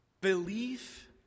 Belief